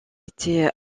été